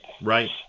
Right